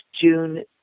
June